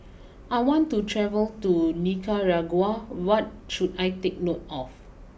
I want to travel to Nicaragua what should I take note of